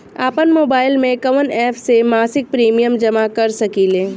आपनमोबाइल में कवन एप से मासिक प्रिमियम जमा कर सकिले?